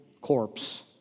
corpse